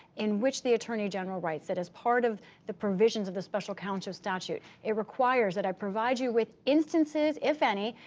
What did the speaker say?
in which the attorney general writes that as part of the provisions of the special counsel statute, it requires that i provide you with instances, if any,